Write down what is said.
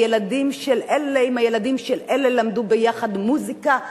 הילדים של אלה עם הילדים של אלה למדו ביחד מוזיקה,